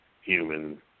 human